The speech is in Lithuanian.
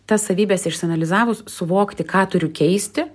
tas savybes išsianalizavus suvokti ką turiu keisti